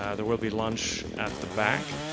ah there will be lunch at the back.